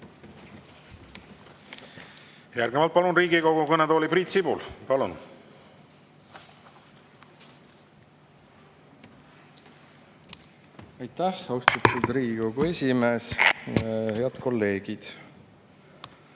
Järgnevalt palun Riigikogu kõnetooli Priit Sibula. Palun! Aitäh, austatud Riigikogu esimees! Head kolleegid!